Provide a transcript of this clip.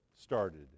started